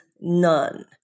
none